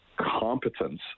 competence